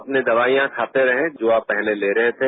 अपनी दवाइयां खाते रहें जो आप पहले ले रहे थे